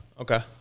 Okay